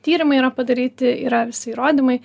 tyrimai yra padaryti yra visi įrodymai